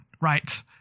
right